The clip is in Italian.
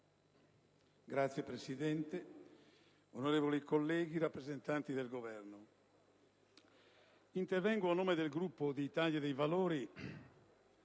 Signor Presidente, onorevoli colleghi, rappresentanti del Governo, intervengo a nome del Gruppo dell'Italia dei Valori,